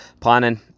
Planning